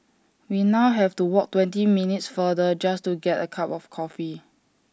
we now have to walk twenty minutes farther just to get A cup of coffee